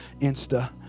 Insta